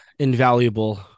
invaluable